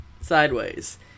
sideways